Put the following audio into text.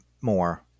More